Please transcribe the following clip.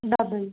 double